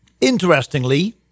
Interestingly